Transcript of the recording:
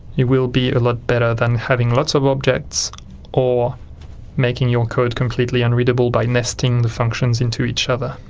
it will be a lot better than having lots of objects or making your code completely unreadable by nesting the functions into each other.